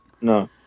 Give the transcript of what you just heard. no